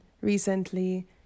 recently